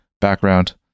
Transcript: background